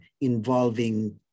involving